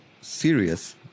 serious